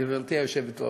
גברתי היושבת-ראש,